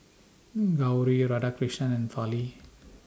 Gauri Radhakrishnan and Fali